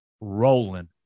rolling